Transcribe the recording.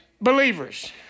believers